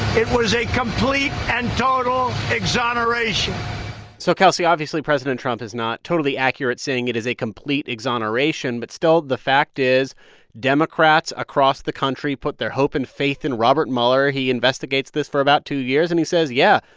it was a complete and total exoneration so, kelsey, obviously president trump is not totally accurate saying it is a complete exoneration. but still, the fact is democrats across the country put their hope and faith in robert mueller. he investigates this for about two years. and he says yeah,